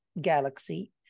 galaxy